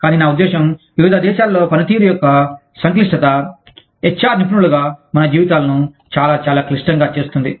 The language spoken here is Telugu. కానీ నా ఉద్దేశ్యం వివిధ దేశాలలో పనితీరు యొక్క సంక్లిష్టత హెచ్ ఆర్ నిపుణులుగా మన జీవితాలను చాలా చాలా క్లిష్టంగా చేస్తుంది